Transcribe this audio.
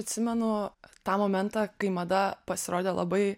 atsimenu tą momentą kai mada pasirodė labai